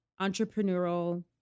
entrepreneurial